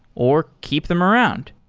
or keep them around.